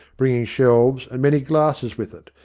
bringing shelves and many glasses with it,